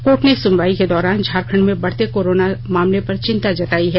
court ने सुनवाई के दौरान झारखंड में बढ़ते कोरोना मामले पर चिंता जतायी हैं